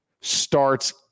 starts